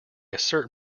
assert